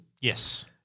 Yes